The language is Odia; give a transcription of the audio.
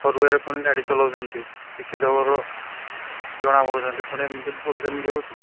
ପୁଣି ଗାଡ଼ି ଚଲଉଛନ୍ତି ଶିକ୍ଷିତ ଘର ଜଣା ପଡ଼ୁଛନ୍ତି ପୁଣି ଏମିତି ଭୁଲ କେମିତି ହେଉଛି